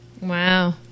wow